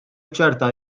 ċerta